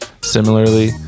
Similarly